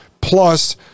plus